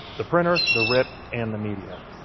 the printer, the rip, and the media.